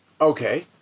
okay